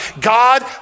God